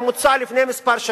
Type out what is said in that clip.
הממוצע לפני שנים מספר,